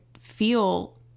feel